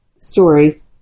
story